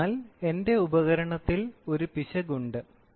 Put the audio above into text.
അതിനാൽ എന്റെ ഉപകരണത്തിൽ ഒരു പിശക് ഉണ്ട്